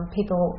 People